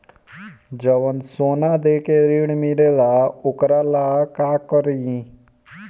जवन सोना दे के ऋण मिलेला वोकरा ला का करी?